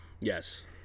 Yes